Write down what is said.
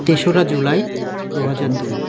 তেসরা জুলাই দু হাজার দুই